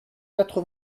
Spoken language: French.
quatre